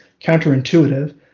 counterintuitive